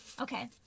okay